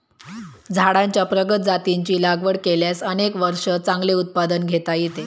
झाडांच्या प्रगत जातींची लागवड केल्यास अनेक वर्षे चांगले उत्पादन घेता येते